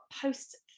post